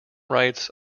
rights